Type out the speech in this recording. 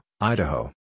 Idaho